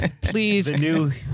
Please